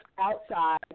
outside